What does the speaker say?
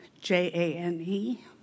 J-A-N-E